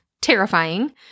terrifying